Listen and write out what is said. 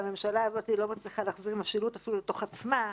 שהממשלה הזאת לא מצליחה להחזיר משילות אפילו לתוך עצמה,